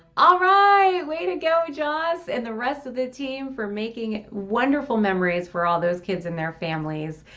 ah right. way to go, jos, and the rest of the team for making wonderful memories for all those kids and their families.